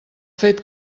fet